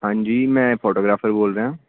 ਹਾਂਜੀ ਮੈਂ ਫੋਟੋਗ੍ਰਾਫਰ ਬੋਲ ਰਿਹਾਂ